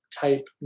type